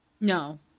No